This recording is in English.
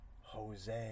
Jose